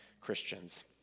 Christians